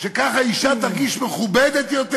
ככה אישה תרגיש מכובדת יותר?